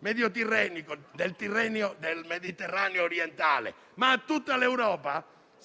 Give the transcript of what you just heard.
nel quadrante del Mediterraneo orientale, ma a tutta l'Europa -